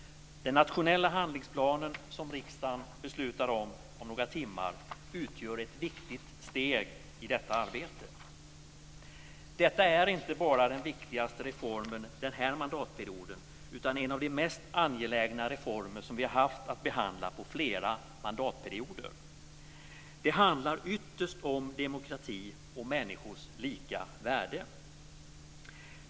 Den nationella handlingsplanen, som riksdagen ska besluta om inom några timmar, utgör ett viktig steg i detta arbete. Detta är inte bara den viktigaste reformen den här mandatperioden utan en av de mest angelägna reformer som vi haft att behandla på flera mandatperioder. Det handlar ytterst om demokrati och människors lika värde.